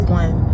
one